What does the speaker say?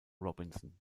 robinson